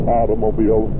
automobile